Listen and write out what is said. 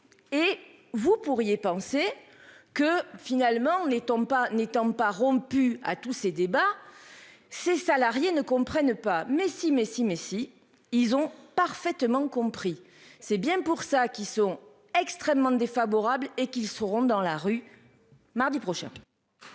Et vous pourriez penser que finalement les tombes pas n'étant pas rompu à tous ces débats. Ces salariés ne comprennent pas. Messi, Messi, Messi, ils ont parfaitement compris. C'est bien pour ça qu'ils sont extrêmement défavorables et qu'ils seront dans la rue mardi prochain.